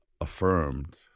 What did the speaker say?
affirmed